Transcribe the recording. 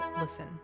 LISTEN